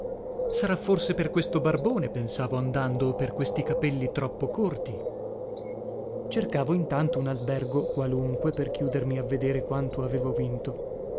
sarà forse per questo barbone pensavo andando o per questi capelli troppo corti cercavo intanto un albergo qualunque per chiudermi a vedere quanto avevo vinto